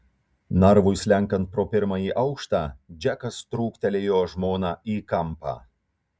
narvui slenkant pro pirmąjį aukštą džekas trūktelėjo žmoną į kampą